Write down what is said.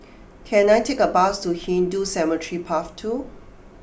can I take a bus to Hindu Cemetery Path two